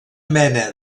mena